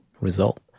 result